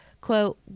Quote